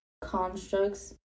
constructs